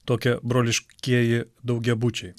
tokie broliškieji daugiabučiai